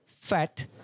fat